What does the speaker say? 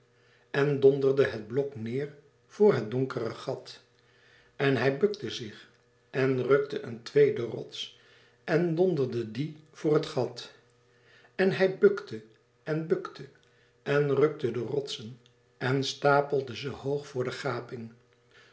en donderde het blok neêr voor het donkere gat en hij bukte zich en rukte een tweeden rots en donderde dien voor het gat en hij bukte en bukte en rukte de rotsen en stapelde ze hoog voor de